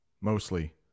mostly